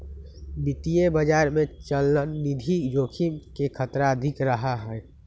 वित्तीय बाजार में चलनिधि जोखिम के खतरा अधिक रहा हई